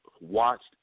watched